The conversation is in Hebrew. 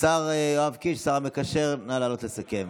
השר יואב קיש, השר המקשר, נא לעלות לסכם.